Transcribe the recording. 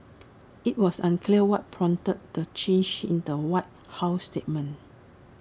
IT was unclear what prompted the change in the white house statement